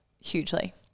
hugely